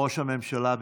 ראש הממשלה,